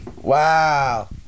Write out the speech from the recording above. Wow